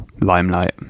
limelight